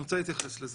אני רוצה להתייחס לזה.